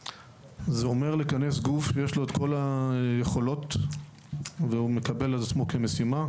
זה אומר לכנס גוף שיש לו כל היכולות והוא מקבל על עצמו כמשימה,